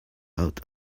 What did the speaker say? out